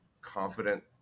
confident